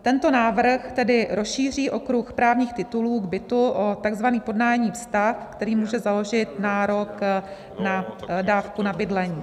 Tento návrh tedy rozšíří okruh právních titulů k bytu o takzvaný podnájemní vztah, který může založit nárok na dávku na bydlení.